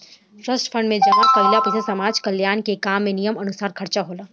trust fund में जमा कईल पइसा समाज कल्याण के काम में नियमानुसार खर्चा होला